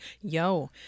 yo